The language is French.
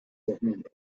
terminée